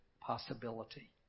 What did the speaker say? possibility